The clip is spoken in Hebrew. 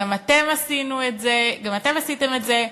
גם אתם עשיתם את זה.